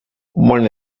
one